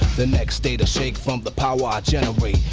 the next state'll shake from the power i generate.